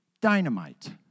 dynamite